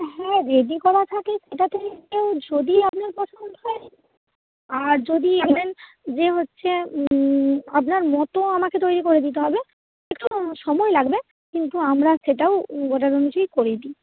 হ্যাঁ রেডি করা থাকলে সেটা থেকে দেখেও যদি আপনার পছন্দ হয় আর যদি বলেন যে হচ্ছে আপনার মতো আমাকে তৈরি করে দিতে হবে একটু সময় লাগবে কিন্তু আমরা সেটাও অর্ডার অনুযায়ী করে দিই